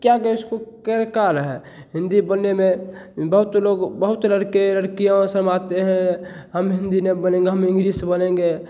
क्या कहें इसको कह का रहे हैं हिंदी बोलने में बहुत लोग बहुत लड़के लड़कियाँ शर्माते हैं हम हिंदी नहीं बोलेंगे हम इंग्लीस बोलेंगे